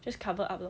just cover up lor